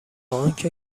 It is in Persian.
آنکه